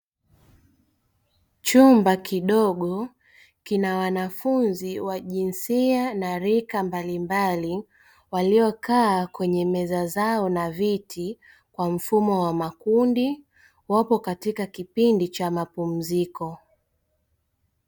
Chumba kidogo kina wanafunzi wa jinsia na rika mbalimbali waliokaa kwenye meza zao na viti kwa mfumo wa makundi, wapo katika kipindi cha mapumziko.